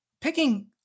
picking